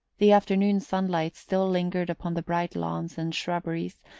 the afternoon sunlight still lingered upon the bright lawns and shrubberies,